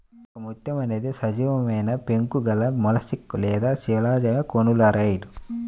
ఒకముత్యం అనేది ఒక సజీవమైనపెంకు గలమొలస్క్ లేదా శిలాజకోనులారియిడ్